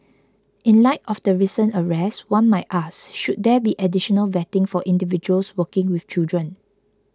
in light of the recent arrest one might ask should there be additional vetting for individuals working with children